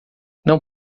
não